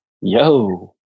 Yo